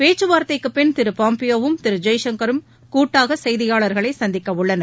பேச்சுவார்த்தைக்கு பின் திரு பாம்பியோவும் திரு ஜெய்சங்கரும் கூட்டாக செய்தியாளர்களை சந்திக்க உள்ளனர்